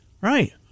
Right